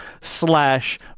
slash